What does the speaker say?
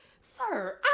sir